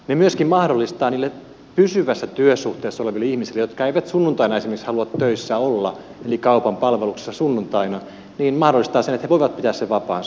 ne myöskin mahdollistavat niille pysyvässä työsuhteessa oleville ihmisille jotka eivät sunnuntaina esimerkiksi halua töissä olla eli kaupan palveluksessa sunnuntaina sen että he voivat pitää sen vapaansa